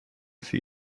für